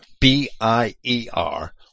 B-I-E-R